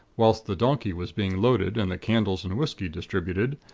whilst the donkey was being loaded, and the candles and whisky distributed,